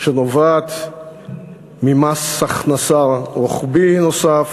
שנובעת ממס הכנסה רוחבי נוסף: